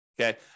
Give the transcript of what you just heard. Okay